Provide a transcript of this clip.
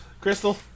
Crystal